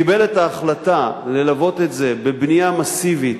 קיבל את ההחלטה ללוות את זה בבנייה מסיבית